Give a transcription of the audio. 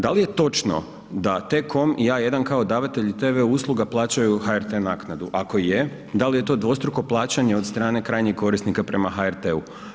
Da li je točno da Tcom i A1 kao davatelji tv usluga plaćaju HRT naknadu, ako je da li je to dvostruko plaćanje od strane krajnjih korisnika prema HRT-u?